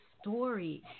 story